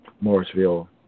Morrisville